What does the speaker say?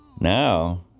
now